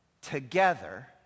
together